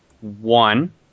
one